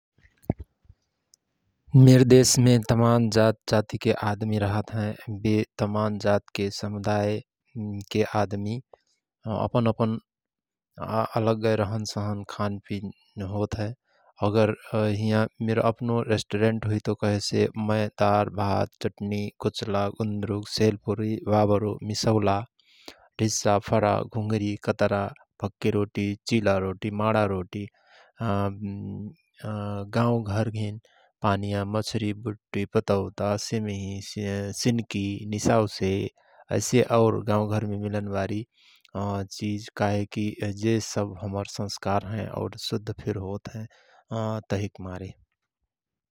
मिर देशमे तमान जात जातीके आदमी रहत हयं । बे तमान जातके समुदायके आदमि अपन अपन अलग्गए रहन सहन खानपिन होतहय । अगर हियाँ मिति अपनो रेष्टुरेन्ट हुईतो कहेसे मय दारभात, चटनी, भक्के रोटी, चिला रोट, माणा रोटी, गाउघरघेन पानिया मछरी, बुट्टि, पतौता, सिमहि, सिनकी, निसाउसे ऐसि और गाउँघरमे मिलन बारी चिझ काहेकी जे सव हमर संस्कार हयं और शुद्ध फिर होत हयं तहिक मारे ।